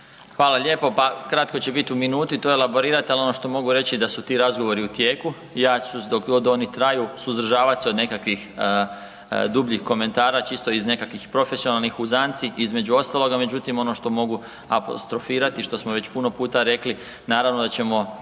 Hvala lijepo. Pa kratko ću biti u minuti to elaborirat ali ono što mogu reći da su ti razgovori u tijeku, ja ću dok oni traju, suzdržavat se od nekakvih dubljih komentara čisto iz nekakvih profesionalnih uzanci između ostaloga međutim ono što mogu apostrofirati i što smo već puno puta rekli, naravno da ćemo